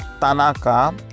Tanaka